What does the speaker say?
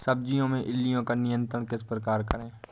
सब्जियों में इल्लियो का नियंत्रण किस प्रकार करें?